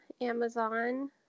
Amazon